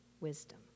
wisdom